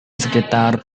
sekitar